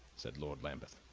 said lord lambeth.